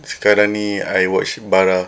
sekarang ni I watch bara